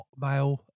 hotmail